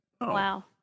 Wow